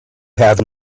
have